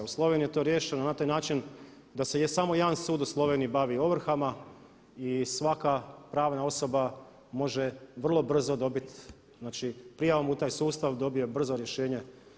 U Sloveniji je to riješeno na taj način da se je samo jedan sud u Sloveniji bavi ovrhama i svaka pravna osoba može vrlo brzo dobiti, prijavom u taj sustav dobije brzo rješenje.